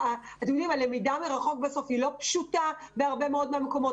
הלמידה מרחוק היא לא פשוטה בהרבה מאוד מהמקומות,